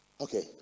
okay